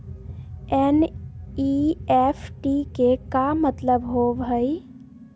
NEFT के का मतलव होव हई?